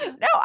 No